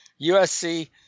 USC